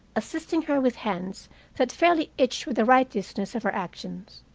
assisting her with hands that fairly itched with the righteousness of her actions.